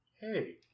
hey